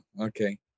okay